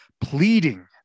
pleading